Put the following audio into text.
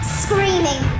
screaming